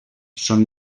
són